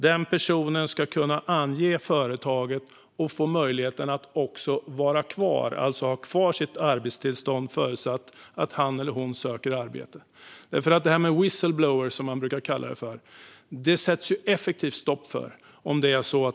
Denna person ska kunna ange företaget och få möjlighet att vara kvar, alltså ha kvar sitt arbetstillstånd, förutsatt att han eller hon söker arbete. Det som brukar kallas whistle-blower sätts det effektivt stopp för.